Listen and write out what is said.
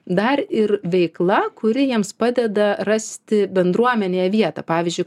dar ir veikla kuri jiems padeda rasti bendruomenėje vietą pavyzdžiui